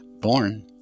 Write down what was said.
born